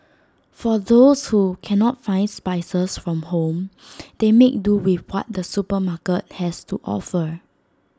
for those who cannot find spices from home they make do with what the supermarket has to offer